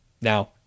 Now